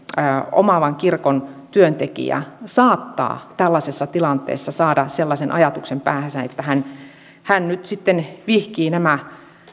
omaava kirkon työntekijä saattaa tällaisessa tilanteessa saada päähänsä sellaisen ajatuksen että hän hän sitten vihkii nämä